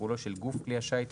ותפעולו של גוף כלי השיט,